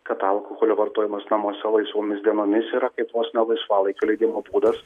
kad alkoholio vartojimas namuose laisvomis dienomis yra kaip vos ne laisvalaikio leidimo būdas